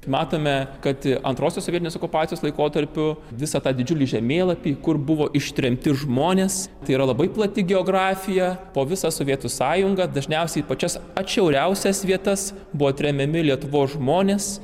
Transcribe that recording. matome kad antrosios sovietinės okupacijos laikotarpiu visą tą didžiulį žemėlapį kur buvo ištremti žmones tai yra labai plati geografija po visą sovietų sąjungą dažniausiai pačias atšiauriausias vietas buvo tremiami lietuvos žmonės